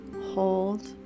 hold